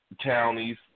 counties